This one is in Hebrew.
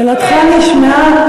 שילכו לישון.